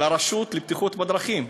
לרשות לבטיחות בדרכים,